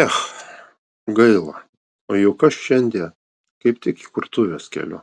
ech gaila o juk aš šiandie kaip tik įkurtuves keliu